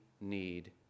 need